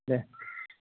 दे